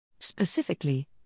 Specifically